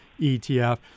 ETF